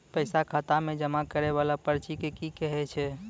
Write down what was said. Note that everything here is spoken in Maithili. पैसा खाता मे जमा करैय वाला पर्ची के की कहेय छै?